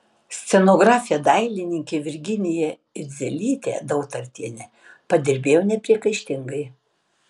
scenografė dailininkė virginija idzelytė dautartienė padirbėjo nepriekaištingai